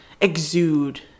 exude